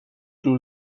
جور